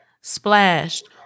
splashed